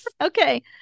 Okay